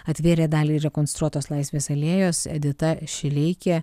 atvėrė dalį rekonstruotos laisvės alėjos edita šileikė